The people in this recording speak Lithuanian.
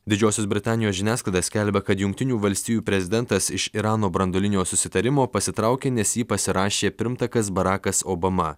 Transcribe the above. didžiosios britanijos žiniasklaida skelbia kad jungtinių valstijų prezidentas iš irano branduolinio susitarimo pasitraukė nes jį pasirašė pirmtakas barakas obama